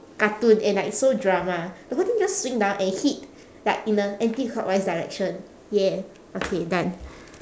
cartoon and like so drama the whole thing just swing down and hit like in a anti-clockwise direction ya okay done